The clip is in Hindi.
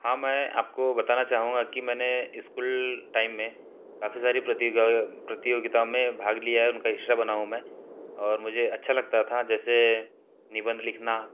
हाँ मैं आपको बताना चाहूँगा कि मैंने स्कूल टाइम में काफ़ी सारी प्रतिगा प्रतियोगिताओं में भाग लिया है उनका हिस्सा बना हूँ मैं और मुझे अच्छा लगता था जैसे निबंध लिखना